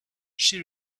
she